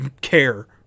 care